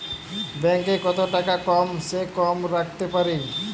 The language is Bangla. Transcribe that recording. ব্যাঙ্ক এ কত টাকা কম সে কম রাখতে পারি?